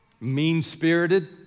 mean-spirited